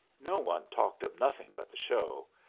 no one talked of nothing but the show,